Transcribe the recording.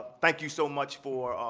thank you so much for,